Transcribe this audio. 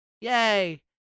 yay